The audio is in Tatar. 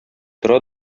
тора